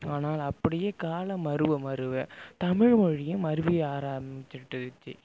ஆனால் அப்படியே காலம் மருவ மருவ தமிழ் மொழியும் மருவி ஆர ஆரம்பிட்டுருச்சு